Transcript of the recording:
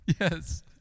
Yes